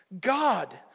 God